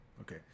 Okay